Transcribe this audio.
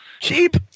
Cheap